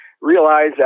realize